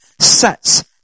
sets